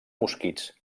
mosquits